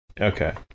Okay